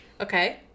okay